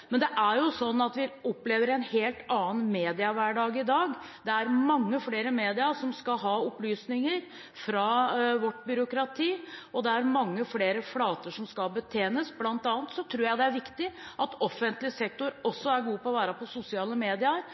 vi opplever en helt annen mediehverdag i dag. Det er mange flere i media som skal ha opplysninger fra vårt byråkrati, og det er mange flere flater som skal betjenes. Blant annet tror jeg det er viktig at offentlig sektor også er god på å være på sosiale medier